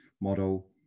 model